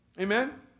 amen